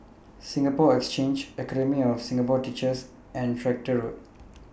Singapore Exchange Academy of Singapore Teachers and Tractor Road